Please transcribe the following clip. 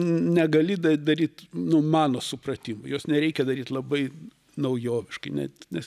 negali da daryt nu mano supratimu jos nereikia daryt labai naujoviškai net nes